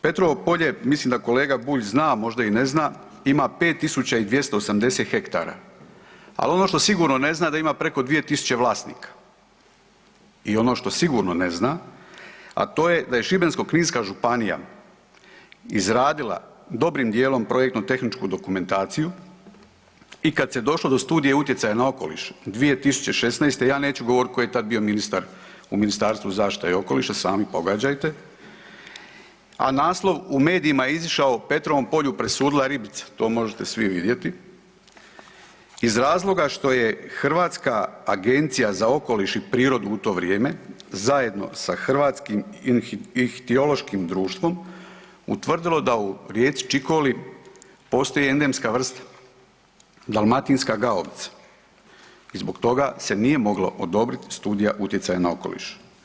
Petrovo polje, mislim da kolega Bulj zna, a možda i ne zna, ima 5.280 hektara, ali ono što sigurno ne zna da ima preko 2.000 vlasnika i ono što sigurno ne zna, a to je da je Šibensko-kninska županija izradila dobrim dijelom projektno tehničku dokumentaciju i kad se došlo do studije utjecaja na okoliš 2016. ja neću govoriti tko je tad bio ministar u Ministarstvu zaštite i okoliša, sami pogađajte, a naslov u medijima je izišao Petrovom polju presudila ribica, to možete svi vidjeti, iz razloga što je Hrvatska agencija za okoliš i prirodu u to vrijeme zajedno sa Hrvatskim ihtiološkim društvom utvrdilo da u rijeci Čikoli postoji endemska vrsta, dalmatinska gaovica i zbog toga se nije mogla odobriti studija utjecaja na okoliš.